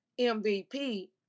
MVP